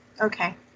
Okay